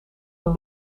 een